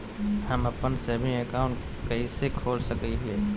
हम अप्पन saving account कइसे खोल सको हियै?